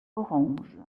orange